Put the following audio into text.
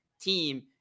team